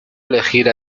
elegir